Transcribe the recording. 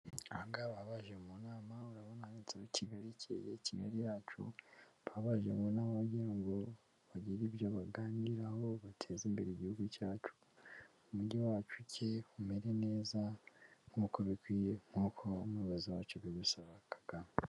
Ahahanga abaje mu nama urabona um inzu wa kKgali ikeye, Kigali yacu baba baje ngo n'abagira ngo bagire ibyo baganiraho bateze imbere igihugu cyacu umujyi wacu cye umere neza nk bikwiye nkukouko umuyobozi wacu yabishaka.